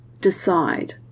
decide